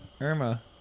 irma